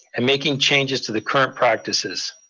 and making changes to the current practices.